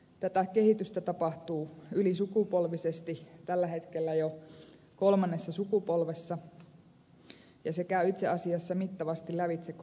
tätä kehitystä tapahtuu ylisukupolvisesti tällä hetkellä jo kolmannessa sukupolvessa ja se käy itse asiassa mittavasti lävitse koko maan